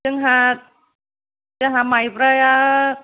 जोंहा जों माइब्राया